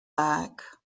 back